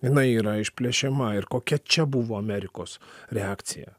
jinai yra išplėšiama ir kokia čia buvo amerikos reakcija